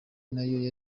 nayo